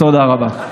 תודה רבה.